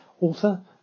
author